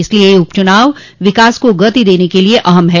इसलिए यह उप चुनाव विकास को गति देने के लिए अहम है